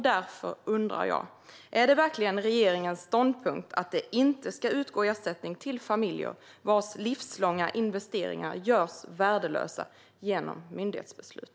Därför undrar jag: Är det verkligen regeringens ståndpunkt att det inte ska utgå ersättning till familjer vars livslånga investeringar görs värdelösa genom myndighetsbeslut?